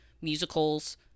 musicals